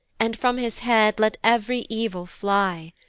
and from his head let ev'ry evil fly!